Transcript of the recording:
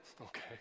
Okay